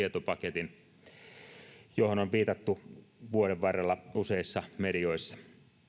tietopaketin johon on viitattu vuoden varrella useissa medioissa